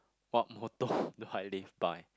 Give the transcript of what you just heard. what motto do I live by